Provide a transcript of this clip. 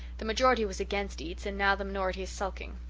the majority was against eats and now the minority is sulking.